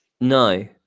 No